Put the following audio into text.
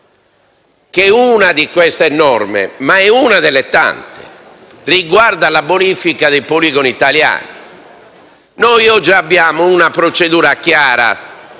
che una delle norme - ma è una delle tante - riguarda la bonifica dei poligoni italiani. Oggi abbiamo una procedura chiara,